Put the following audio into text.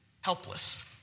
helpless